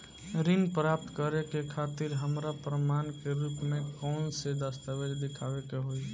ऋण प्राप्त करे के खातिर हमरा प्रमाण के रूप में कउन से दस्तावेज़ दिखावे के होइ?